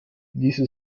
ließe